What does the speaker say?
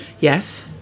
Yes